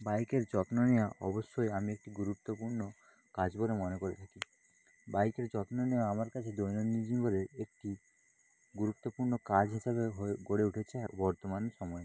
বাইকের যত্ন নেওয়া অবশ্যই আমি একটি গুরুত্বপূর্ণ কাজ বলে মনে করে থাকি বাইকের যত্ন নেওয়া আমার কাছে দৈনন্দিন জীবনের একটি গুরুত্বপূর্ণ কাজ হিসাবে হয়ে গড়ে উঠেছে বর্তমান সময়ে